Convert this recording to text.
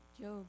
Job